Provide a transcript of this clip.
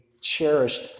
cherished